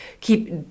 keep